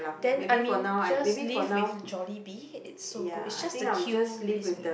then I mean just live with Jollibee it's so good is just the queue piss me off